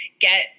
get